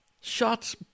Shots